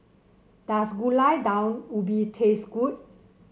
does Gulai Daun Ubi taste good